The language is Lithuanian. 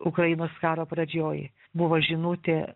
ukrainos karo pradžioj buvo žinutė